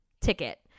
ticket